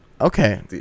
Okay